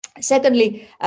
Secondly